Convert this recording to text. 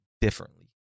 differently